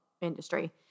industry